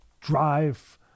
drive